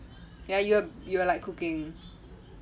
ya you are you are like cooking